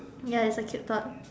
ya if the kid is not